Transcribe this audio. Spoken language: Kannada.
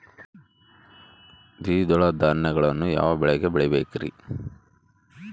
ದ್ವಿದಳ ಧಾನ್ಯಗಳನ್ನು ಯಾವ ಮಳೆಗೆ ಬೆಳಿಬೇಕ್ರಿ?